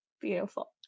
Beautiful